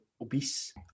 obese